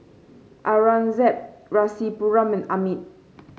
Aurangzeb Rasipuram and Amit